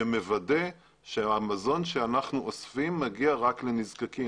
שמוודא שהמזון שאנחנו אוספים מגיע רק לנזקקים.